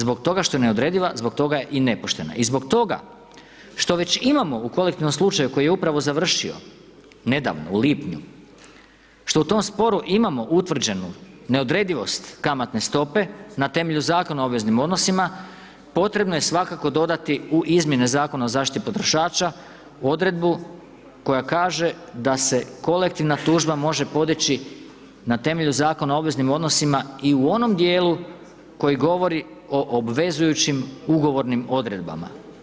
Zbog toga što je neodrediva zbog toga je i nepoštena i zbog toga što već imamo u kolektivnom slučaju koji je upravo završio, nedavno u lipnju, što u tom sporu imamo utvrđenu neodredivost kamatne stope na temelju Zakona o obveznim odnosima potrebno je svakako dodati u izmjene Zakona o zaštiti potrošača odredbu koja kaže da se kolektivna tužba može podići na temelju Zakona o obveznim odnosima i u onom dijelu koji govori o obvezujućim ugovornim odredbama.